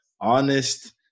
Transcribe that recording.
honest